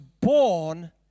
born